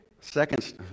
Second